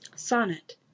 Sonnet